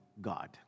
God